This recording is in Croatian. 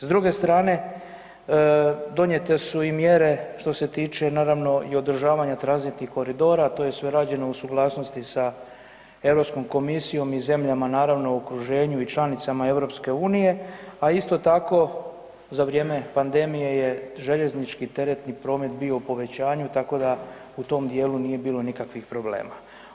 S druge strane, donijete su i mjere što se tiče naravno i održavanja tranzitnih koridora, to je sve rađeno u suglasnosti sa EU komisijom i zemljama, naravno u okruženju i članicama EU, a isto tako, za vrijeme pandemije je željeznički teretni promet bio u povećaju, tako da u tom dijelu nije bilo nikakvih problema.